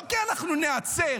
לא כי אנחנו ניעצר,